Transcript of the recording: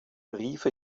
briefe